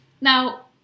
Now